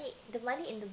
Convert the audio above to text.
the money in the